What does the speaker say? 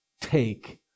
take